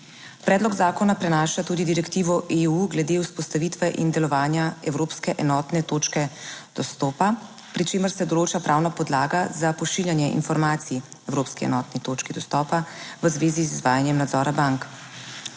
Predlog zakona prinaša tudi direktivo EU glede vzpostavitve in delovanja evropske enotne točke dostopa, pri čemer se določa pravna podlaga za pošiljanje informacij evropski 1. točki dostopa. v zvezi z izvajanjem nadzora bank.